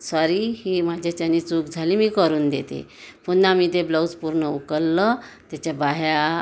sorry ही माझ्याच्यानी चूक झाली मी करून देते पुन्हा मी ते ब्लाऊज पूर्ण उकललं त्याच्या बाह्या